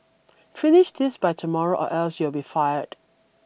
finish this by tomorrow or else you'll be fired